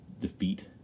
defeat